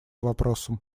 вопросом